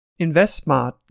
InvestSmart